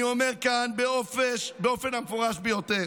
אני אומר כאן באופן המפורש ביותר: